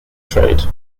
trade